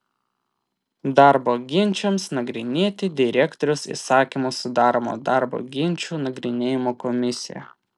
darbo ginčams nagrinėti direktorius įsakymu sudaroma darbo ginčų nagrinėjimo komisija